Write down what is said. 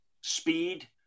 speed